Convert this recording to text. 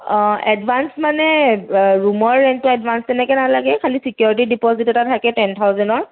অঁ এডভান্স মানে ৰুমৰ একো এডভান্স তেনেকৈ নালাগে খালী চিকিউৰিটি ডিপ'জিত এটা থাকে টেন থাউজেনৰ